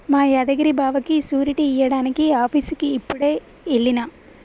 మా యాదగిరి బావకి సూరిటీ ఇయ్యడానికి ఆఫీసుకి యిప్పుడే ఎల్లిన